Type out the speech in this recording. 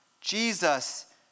Jesus